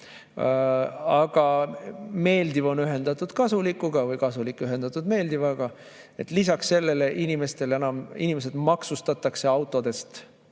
Aga meeldiv on ühendatud kasulikuga või kasulik ühendatud meeldivaga. Lisaks sellele inimesed maksustatakse autodest